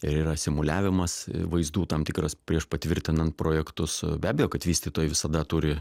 ir yra simuliavimas vaizdų tam tikras prieš patvirtinant projektus be abejo kad vystytojai visada turi